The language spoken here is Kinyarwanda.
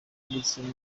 ndetse